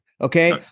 okay